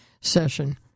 session